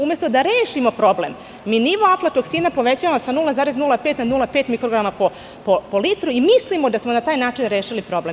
Umesto da rešimo problem, mi nivo aflatoksina povećavamo sa 0,05 na 0,5 mikrograma po litru i mislimo da samo na taj način rešili problem.